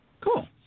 cool